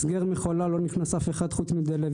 הסגר מחולה לא נכנס אף אחד חוץ מדה-לוי,